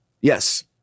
Yes